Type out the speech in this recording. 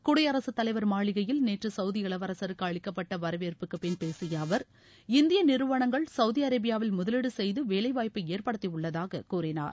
குடியரசுத்தலைவர் மாளிகையில் நேற்று சவுதி இளவரசருக்கு அளிக்கப்பட்ட வரவேற்புக்குபின் பேசிய அவர் இந்திய நிறுவனங்கள் சவுதி அரேபியாவில் முதலீடு செய்து வேலைவாய்ப்பை ஏற்படுத்தியுள்ளதாக கூறினார்